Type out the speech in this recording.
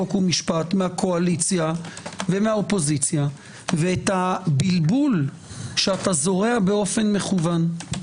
חוק ומשפט מהקואליציה ומהאופוזיציה ואת הבלבול שאתה זורע באופן מכוון.